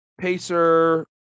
Pacer